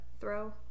Throw